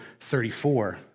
34